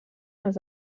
els